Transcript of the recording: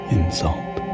insult